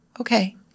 okay